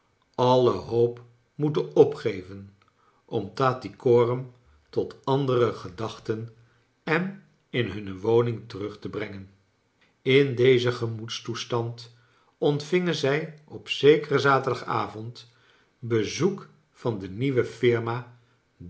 alle hoop moeten opgeven om tattycorram tot andere gedachten en in hunne woning terug te brengen in dezen gemoedstoestand ontvingen zij op zekeren zaterdagavond hezoek van de nieuwe firma